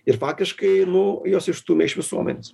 ir fakiškai nu juos išstūmė iš visuomenės